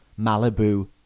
Malibu